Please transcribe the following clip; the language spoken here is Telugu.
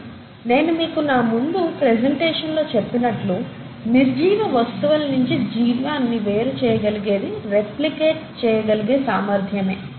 కానీ నేను మీకు నా ముందు ప్రెసెంటేషన్ లో చెప్పినట్లు నిర్జీవ వస్తువుల నించి జీవాన్ని వేరు చేయగలిగేది రెప్లికేట్ చేయగలిగే సామర్ధ్యమే